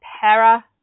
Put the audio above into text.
para